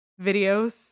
videos